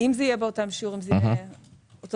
אם זה יהיה באותם שיעורים זה יהיה 27%,